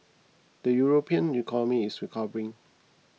the European economy is recovering